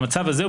במצב הזה,